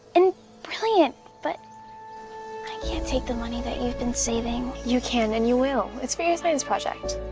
and brilliant. but i can't take the money that you've been saving. you can and you will. it's for your science project.